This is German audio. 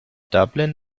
dublin